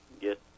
get